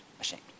ashamed